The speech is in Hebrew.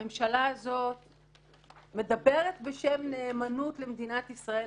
הממשלה הזאת מדברת בשם נאמנות למדינת ישראל,